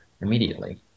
immediately